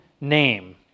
name